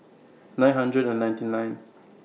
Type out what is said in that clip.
nine hundred and ninety nine